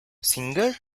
singer